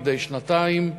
מדי שנתיים,